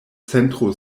centro